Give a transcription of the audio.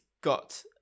got